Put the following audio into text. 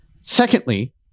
secondly